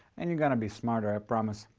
and you're gonna be smarter, i promise.